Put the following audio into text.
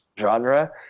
genre